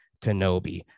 Kenobi